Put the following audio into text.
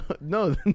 no